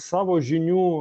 savo žinių